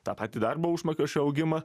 tą patį darbo užmokesčio augimą